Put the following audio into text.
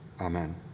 Amen